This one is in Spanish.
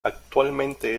actualmente